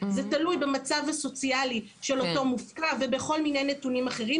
זה תלוי במצב הסוציאלי של אותו מופקע ובכל מיני נתונים אחרים,